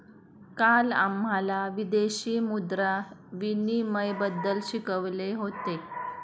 काल आम्हाला विदेशी मुद्रा विनिमयबद्दल शिकवले होते